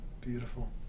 Beautiful